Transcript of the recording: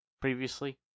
previously